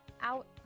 out